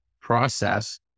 process